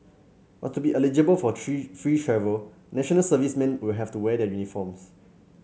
but to be eligible for tree free travel National Servicemen will have to wear their uniforms